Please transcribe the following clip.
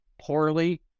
poorly